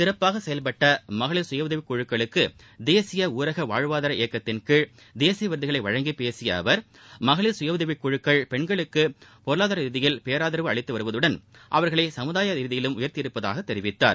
சிறப்பாக செயல்பட்ட மகளிர் கயஉதவிக் குழுக்களுக்கு தேசிய ஊரக வாழ்வாதார இயக்கத்தின்கீழ் தேசிய விருதுகளை வழங்கி பேசிய அவர் மகளிர் சுயஉதவிக் குழுக்கள் பெண்களுக்கு பொருளாதார ரீதியில் பேராதரவு அளித்து வருவதுடன் அவர்களை சமூதாய ரீதியிலும் உயர்த்தியுள்ளதாக தெரிவித்தார்